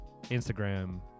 Instagram